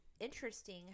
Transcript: interesting